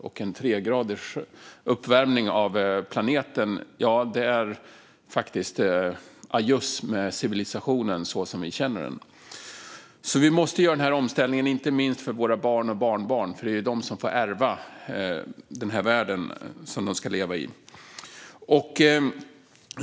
Med en tregradig uppvärmning av planeten är det faktiskt ajöss med civilisationen så som vi känner den. Vi måste alltså göra den här omställningen, inte minst för våra barn och barnbarn. Det är ju de som får ärva den här världen och ska leva i den.